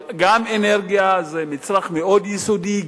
אבל גם אנרגיה זה מצרך מאוד יסודי,